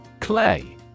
Clay